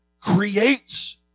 creates